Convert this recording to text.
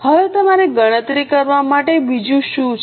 હવે તમારે ગણતરી કરવા માટે બીજું શું છે